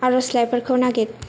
आर'जलाइफोरखौ नागिर